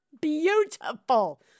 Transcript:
beautiful